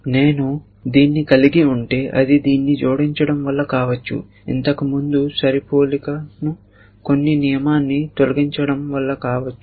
నేను దీన్ని కలిగి ఉంటే దీన్ని జోడించడం వల్ల కావచ్చు ఇంతకుముందు సరిపోలిన కొన్ని నియమాన్ని తొలగించడం వల్ల కావచ్చు